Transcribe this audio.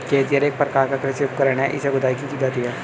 खेतिहर एक प्रकार का कृषि उपकरण है इससे खुदाई की जाती है